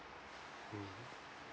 mm